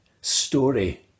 story